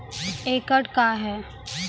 एकड कया हैं?